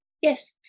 Yes